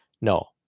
No